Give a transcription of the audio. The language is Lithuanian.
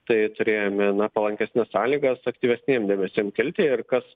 tai turėjome na palankesnes sąlygas aktyvesniem debesim kilti ir kas